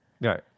right